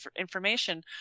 information